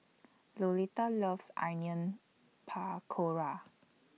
Lolita loves Onion Pakora